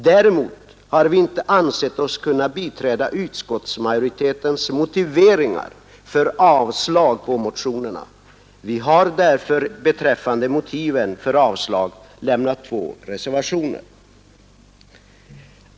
Däremot har vi inte ansett oss kunna biträda utskottsmajoritetens motiveringar för avslag på motionerna. Vi har därför beträffande motiven för avslag lämnat två reservationer.